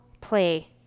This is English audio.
play